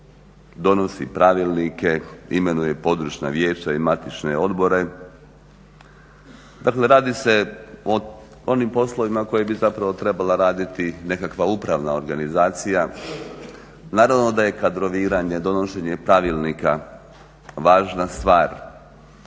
donosi pravilnike, imenuje područna vijeća i matične odbore. Dakle radi se o onim poslovima koje bi zapravo trebala raditi nekakva upravna organizacija. Naravno da je kadroviranje, donošenje pravilnika važna stvar,